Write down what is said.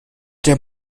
der